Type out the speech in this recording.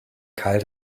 keil